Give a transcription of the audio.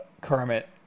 Kermit